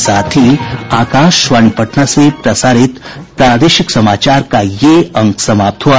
इसके साथ ही आकाशवाणी पटना से प्रसारित प्रादेशिक समाचार का ये अंक समाप्त हुआ